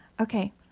Okay